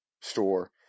store